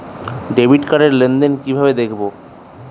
Debit card র লেনদেন কিভাবে দেখবো?